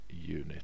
unit